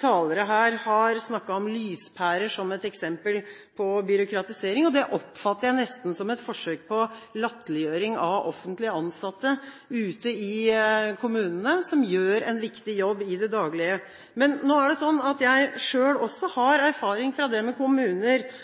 talere her har snakket om lyspærer som et eksempel på byråkratisering. Det oppfatter jeg nesten som et forsøk på latterliggjøring av offentlig ansatte ute i kommunene, som gjør en viktig jobb i det daglige. Men jeg har selv også erfaring fra det med kommuner og lyspærer. Min erfaring fra Drammen kommune var at det